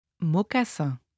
Mocassin